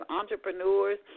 entrepreneurs